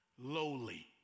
lowly